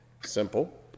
Simple